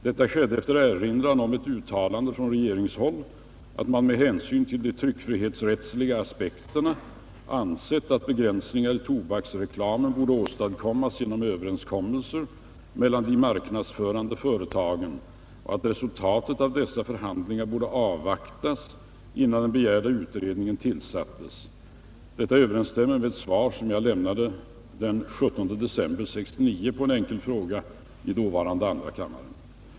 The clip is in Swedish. Detta skedde efter erinran om ett uttalande från regeringshåll, att man med hänsyn till de tryckfrihetsrättsliga aspekterna ansett att begränsningar i tobaksreklamen borde åstadkommas genom överenskommelser mellan de marknadsförande företagen och att resultatet av dessa förhandlingar borde avvaktas innan den begärda utredningen tillsattes. Detta överensstämmer med ett svar som jag lämnade den 17 december 1969 på enkel fråga i dåvarande andra kammaren.